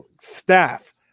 staff